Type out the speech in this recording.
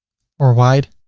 or wide.